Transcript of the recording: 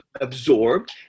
absorbed